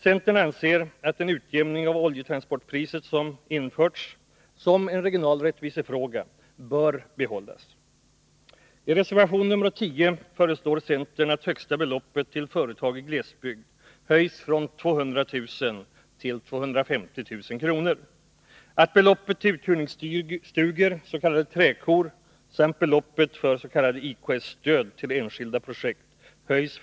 Centern anser att den utjämning av oljetransportpriset som införts som en regional rättviseåtgärd bör behållas.